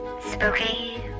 spooky